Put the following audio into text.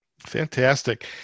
Fantastic